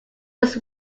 was